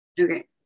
okay